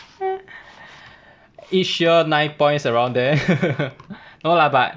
each year nine points around there no lah but